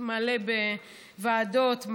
מלא בישיבות ועדות,